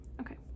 Okay